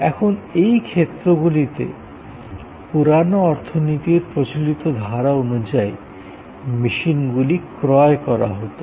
এখন এই ক্ষেত্রগুলিতে পুরানো অর্থনীতির প্রচলিত ধারা অনুযায়ী মেশিনগুলি ক্রয় করা হতো